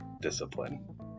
discipline